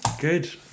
good